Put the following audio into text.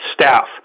staff